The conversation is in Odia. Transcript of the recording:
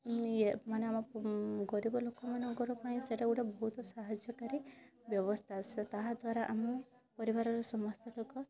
ୟେ ମାନେ ଆମ ଗରିବ ଲୋକମାନଙ୍କର ପାଇଁ ସେଇଟା ଗୋଟେ ବହୁତ ସାହାଯ୍ୟକାରୀ ବ୍ୟବସ୍ଥା ତାହାଦ୍ୱାରା ଆମ ପରିବାରର ସମସ୍ତଙ୍କ ସ୍ୱାସ୍ଥ୍ୟ ଦ୍ୱାରା ସେମାନେ ସୁସ୍ଥ ହୋଇପାରୁଛନ୍ତି ଏବଂ ନିଜକୁ ବହୁତ ଉତ୍ସର୍ଗ କରୁଛନ୍ତି ବଡ଼ ବଡ଼ ରୋଗକୁ ବି ମଧ୍ୟ ସେଇ କାର୍ଡ଼ ଦ୍ୱାରା ଆମେ ଭଲ କରିପାରୁଛୁ